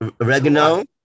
oregano